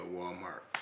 Walmart